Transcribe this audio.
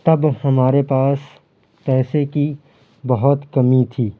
تب ہمارے پاس پیسے کی بہت کمی تھی